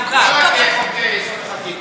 לא רק חוק-יסוד: החקיקה.